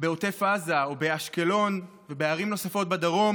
בעוטף עזה או באשקלון ובערים נוספות בדרום